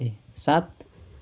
सात